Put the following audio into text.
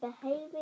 behaving